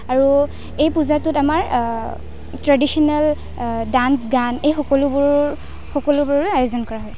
আৰু এই পূজাটোত আমাৰ ট্ৰেডিচনেল ডাঞ্চ গান এই সকলোবোৰ সকলোবোৰৰে আয়োজন কৰা হয়